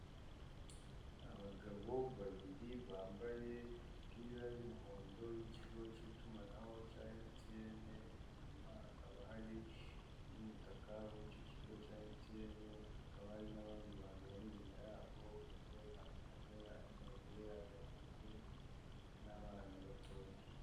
Abagabo babiri bambaye imipira y'umuhondo y'ikigo cy'itumanaho cya emutiyene, inyuma hakaba hari umutaka w'icyo kigo cya emutiyeni, hakaba hari n'abandi bantu bari inyuma yabo bagiye batandukanye ari mu bagore, abahungu, n'abana batoya.